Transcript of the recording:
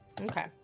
Okay